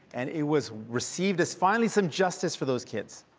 and it was received as, finally, some justice for those kids.